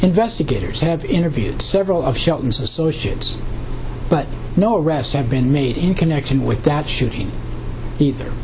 investigators have interviewed several of shelton's associates but no arrests have been made in connection with that shooting he's ther